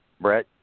Brett